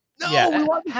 No